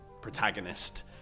protagonist